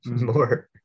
more